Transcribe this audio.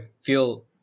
feel